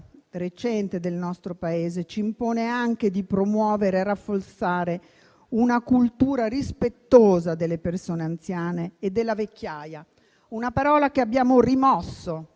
recente del nostro Paese ci impone anche di promuovere e rafforzare una cultura rispettosa delle persone anziane e della vecchiaia. Una parola che abbiamo rimosso